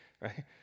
right